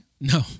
No